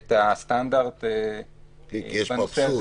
את הסטנדרט --- יש פה אבסורד.